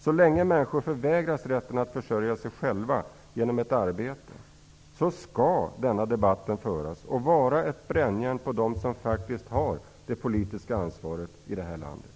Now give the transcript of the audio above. Så länge människor förvägras rätten att försörja sig själva genom arbete, skall denna debatt föras och utgöra ett brännjärn på dem som faktiskt har det politiska ansvaret i det här landet.